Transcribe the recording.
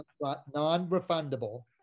non-refundable